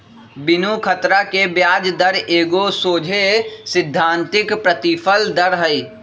बिनु खतरा के ब्याज दर एगो सोझे सिद्धांतिक प्रतिफल दर हइ